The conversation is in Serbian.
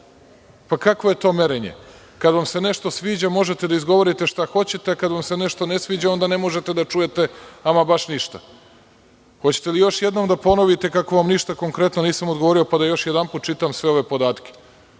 Kakvo je to merenje? Kada vam se nešto sviđa, možete da izgovorite šta hoćete, a kada vam se nešto ne sviđa, onda ne možete da čujete ama baš ništa. Hoćete li još jednom da ponovite kako vam ništa konkretno nisam odgovorio, pa da još jedan čitam sve ove podatke,